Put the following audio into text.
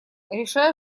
решаю